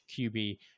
QB